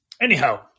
Anyhow